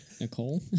Nicole